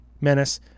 menace